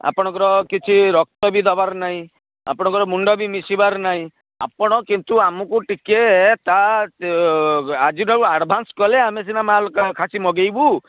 ଆପଣଙ୍କର କିଛି ରକ୍ତ ବି ଦେବାର ନାହିଁ ଆପଣଙ୍କର ମୁଣ୍ଡ ବି ମିଶିବାର ନାହିଁ ଆପଣ କିନ୍ତୁ ଆମକୁ ଟିକିଏ ତା ଆଜିଠାରୁ ଆଡ଼ଭାନ୍ସ କଲେ ଆମେ ସିନା ମାଲ୍ ଖାସି ମଗାଇବୁ